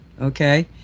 okay